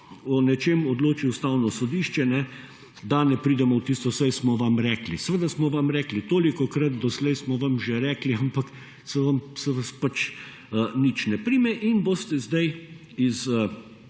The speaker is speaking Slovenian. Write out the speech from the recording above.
o nečem odločil Ustavno sodišče, da ne pridemo v tisto »saj smo vam rekli«, seveda smo vam rekli tolikokrat doslej smo vam že rekli, ampak se vas nič ne prime in boste zdaj iz